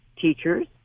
teachers